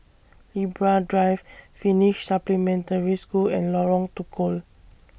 Libra Drive Finnish Supplementary School and Lorong Tukol